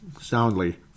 soundly